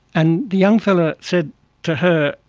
and the young fella said to her,